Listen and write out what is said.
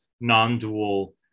non-dual